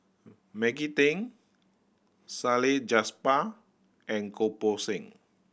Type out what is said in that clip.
Maggie Teng Salleh and Goh Poh Seng